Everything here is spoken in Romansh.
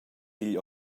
digl